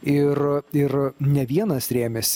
ir ir ne vienas rėmėsi